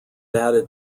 added